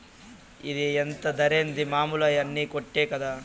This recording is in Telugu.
ఇది ఇంత ధరేంది, మామూలు ఉన్ని కోటే కదా